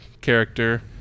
character